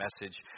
message